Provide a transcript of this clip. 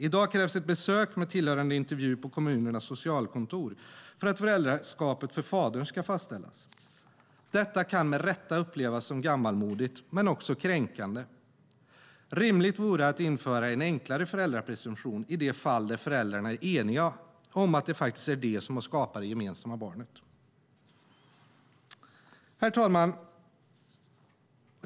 I dag krävs ett besök med tillhörande intervju på kommunens socialkontor för att föräldraskapet för fadern ska fastställas. Detta kan med rätta upplevas som gammalmodigt men också kränkande. Rimligt vore att införa en enklare föräldrapresumtion i de fall där föräldrarna är eniga om att det är de som har skapat det gemensamma barnet. Herr talman!